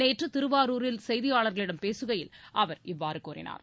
நேற்று திருவாரூரில் செய்தியாளர்களிடம் பேசுகையில் அவர் இவ்வாறு கூறினார்